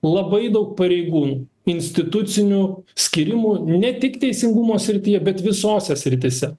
labai daug pareigūnų institucinių skyrimų ne tik teisingumo srityje bet visose srityse